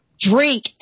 Drink